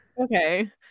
Okay